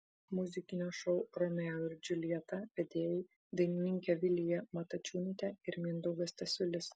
muzikinio šou romeo ir džiuljeta vedėjai dainininkė vilija matačiūnaitė ir mindaugas stasiulis